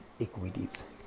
equities